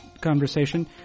conversation